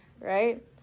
right